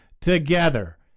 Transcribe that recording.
together